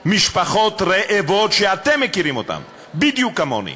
משפחות רעבות, שאתם מכירים אותן בדיוק כמוני.